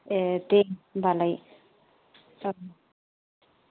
ए दे होमबालाय औ